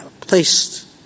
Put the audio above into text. placed